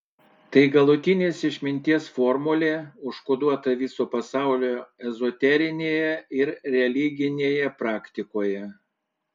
tai galutinės išminties formulė užkoduota viso pasaulio ezoterinėje ir religinėje praktikoje